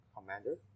Commander